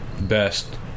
best